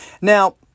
Now